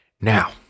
Now